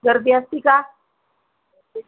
गर्दी असते का